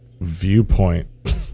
viewpoint